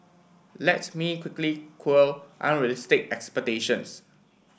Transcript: let's me quickly quell unrealistic expectations